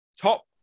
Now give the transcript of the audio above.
top